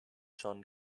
john